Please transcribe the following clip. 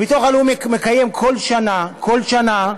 הביטוח הלאומי מקיים כל שנה, כל שנה,